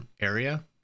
area